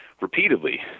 repeatedly